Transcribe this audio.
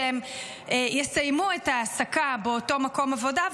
שהם יסיימו את העסקה באותו מקום עבודה,